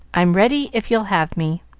i'm ready, if you'll have me